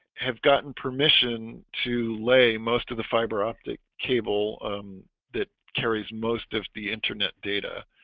have gotten permission to lay most of the fiber optic cable that carries most of the internet data